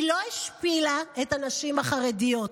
היא לא השפילה את הנשים החרדיות,